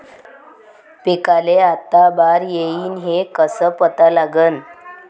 पिकाले आता बार येईन हे कसं पता लागन?